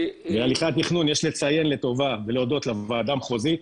יש לציין לטובה ולהודות לוועדה המחוזית.